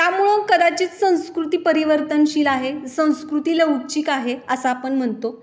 त्यामुळं कदाचित संस्कृती परिवर्तनशील आहे संस्कृतीला उच्चिक आहे असा आपण म्हणतो